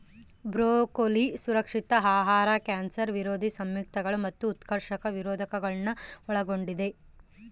broccoli ಸುರಕ್ಷಿತ ಆಹಾರ cancer ವಿರೋಧಿ ಸಂಯುಕ್ತಗಳು ಮತ್ತು ಉತ್ಕರ್ಷಣ ನಿರೋಧಕಗುಳ್ನ ಒಳಗೊಂಡಿದ